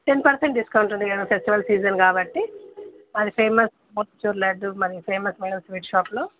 ten percent discount ఉందికదా festival season కాబట్టి మరి ఫెమస్ మోతీచూర్ లడ్డు మరి ఫేమస్ మా స్వీట్ షాప్లో